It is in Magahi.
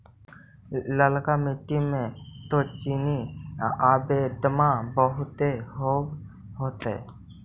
ललका मिट्टी मे तो चिनिआबेदमां बहुते होब होतय?